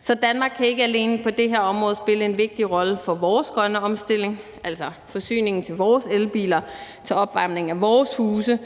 Så Danmark kan ikke alene på det her område spille en vigtig rolle for vores grønne omstilling – altså forsyningen til vores elbiler og til opvarmning af vores huse